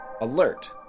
alert